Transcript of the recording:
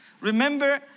Remember